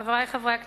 חברי חברי הכנסת,